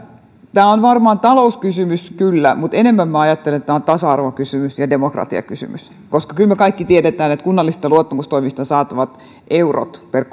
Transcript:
tämä on varmaan talouskysymys kyllä mutta enemmän minä ajattelen että tämä on tasa arvokysymys ja demokratiakysymys kyllä me kaikki tiedämme että kunnallisista luottamustoimista saatavat eurot per